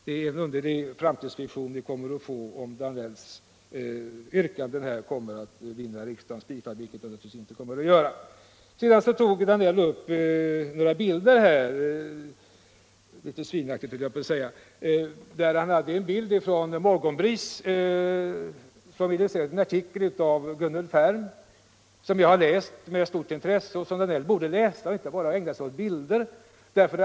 Det är en underlig framtidsvision vi kommer att få se förverkligad om herr Danells yrkanden här vinner riksdagens bifall — vilket de naturligtvis inte kommer att göra. Vidare berörde herr Danell — litet ”svinaktigt” skulle jag vilja säga — några bilder, bl.a. ur en artikel av Gunnel Färm i ”Morgonbris”, en artikel som jag har läst med stort intresse och som herr Danell borde läsa och inte bara ägna sig åt bilder.